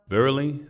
Verily